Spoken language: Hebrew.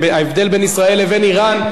ההבדל בין ישראל לבין אירן,